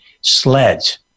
sleds